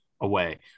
away